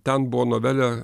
ten buvo novelė